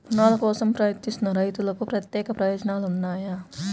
రుణాల కోసం ప్రయత్నిస్తున్న రైతులకు ప్రత్యేక ప్రయోజనాలు ఉన్నాయా?